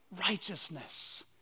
righteousness